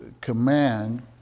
command